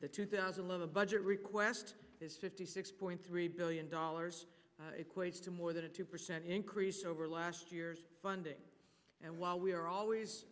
the two thousand live a budget request is fifty six point three billion dollars equates to more than a two percent increase over last year's funding and while we are always